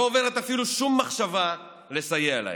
לא עוברת אפילו שום מחשבה לסייע להם.